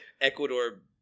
Ecuador